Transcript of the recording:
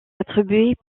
attribués